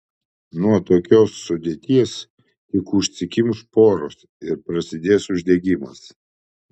nuo tokios sudėties tik užsikimš poros ir prasidės uždegimas